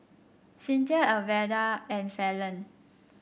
Cinthia Alverda and Falon